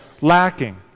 lacking